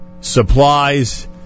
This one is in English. supplies